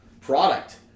product